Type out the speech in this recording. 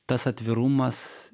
tas atvirumas